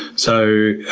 so